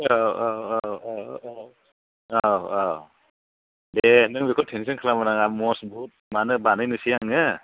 औ औ औ औ औ औ दे नों बेखौ टेनसन खालामनो नाङा मजबुट माने बानायनोसै आङो